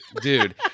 Dude